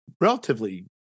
relatively